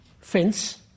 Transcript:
fence